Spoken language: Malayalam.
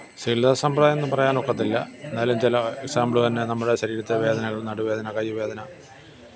ചികില്ലാസമ്പ്രദായമെന്ന് പറയാനൊക്കത്തില്ല എന്നാലും ചില എക്സാമ്പിള് തന്നെ നമ്മുടെ ശരീരത്തെ വേദനകള് നടുവേദന കൈവേദന